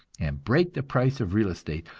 and break the price of real estate,